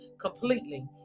completely